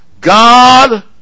God